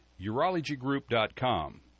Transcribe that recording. urologygroup.com